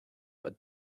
but